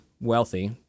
wealthy